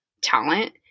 talent